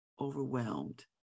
overwhelmed